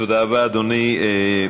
תודה רבה, אדוני.